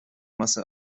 masse